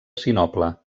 sinople